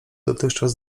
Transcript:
dotychczas